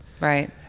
right